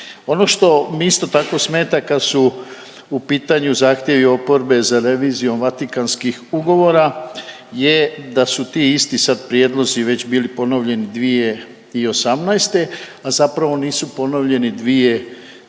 Ono što mi isto tako smeta kad su u pitanju zahtjevi oporbe za revizijom Vatikanskih ugovora je da su ti isti sad prijedlozi već bili ponovljeni 2018., a zapravo nisu ponovljeni 2012., '13.